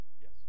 Yes